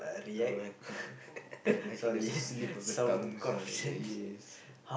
back I think that's a slip of the tongue ah yes